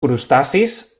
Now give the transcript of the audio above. crustacis